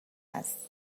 است